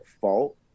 fault